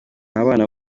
abana